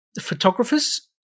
photographers